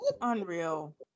unreal